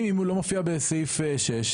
אם הוא לא מופיע בסעיף 6,